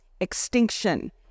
extinction